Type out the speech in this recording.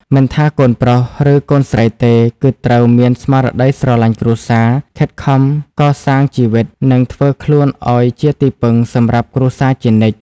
មិនថាកូនប្រុស ឬកូនស្រីទេ គឺត្រូវមានស្មារតីស្រឡាញ់គ្រួសារ ខិតខំកសាងជីវិត និងធ្វើខ្លួនឱ្យជាទីពឹងសម្រាប់គ្រួសារជានិច្ច។